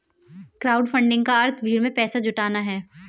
crowdfunding का अर्थ भीड़ से पैसा जुटाना है